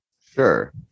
Sure